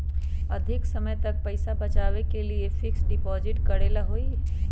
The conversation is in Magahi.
अधिक समय तक पईसा बचाव के लिए फिक्स डिपॉजिट करेला होयई?